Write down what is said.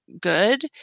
good